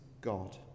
God